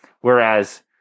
Whereas